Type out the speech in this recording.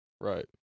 right